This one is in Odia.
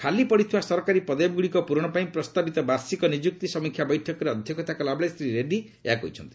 ଖାଲି ପଡିଥିବା ସରକାରୀ ପଦବୀ ଗୁଡ଼ିକ ପୂରଣ ପାଇଁ ପ୍ରସ୍ତାବିତ ବାର୍ଷିକ ନିଯୁକ୍ତି ସମୀକ୍ଷା ବୈଠକରେ ଅଧ୍ୟକ୍ଷତା କଲାବେଳେ ଶ୍ରୀ ରେଡ଼ୁୀ ଏହା କହିଛନ୍ତି